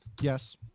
Yes